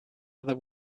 other